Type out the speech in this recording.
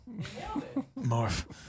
Morph